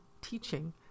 teaching